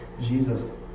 Jesus